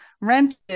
rented